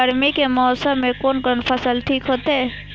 गर्मी के मौसम में कोन कोन फसल ठीक होते?